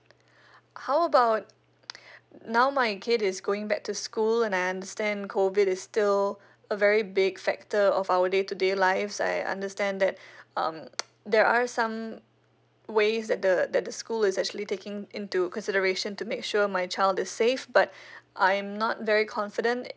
how about now my kid is going back to school and I understand COVID is still a very big factor of our day to day life I understand that um there are some ways that the that the school is actually taking into consideration to make sure my child is safe but I'm not very confident